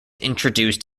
introduced